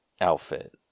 outfit